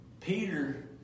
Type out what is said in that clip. Peter